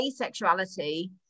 asexuality